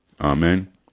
Amen